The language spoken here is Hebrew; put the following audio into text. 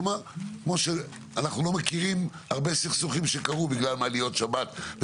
זה שהם לא מכירים הרבה סכסוכים שקרו בגלל מעליות שבת.